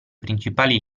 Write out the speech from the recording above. principali